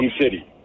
City